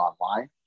online